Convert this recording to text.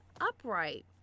upright